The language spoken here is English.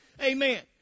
Amen